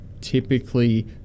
typically